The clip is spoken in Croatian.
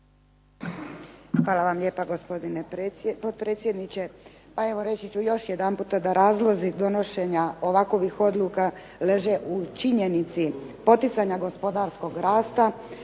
Hvala vam lijepa gospodine potpredsjedniče. Pa evo reći ću još jedanputa da razlozi donošenja ovakovih odluka leže u činjenici poticanja gospodarskog rasta,